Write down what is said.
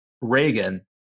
Reagan